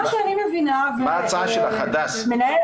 מה ההצעה שלך עכשיו?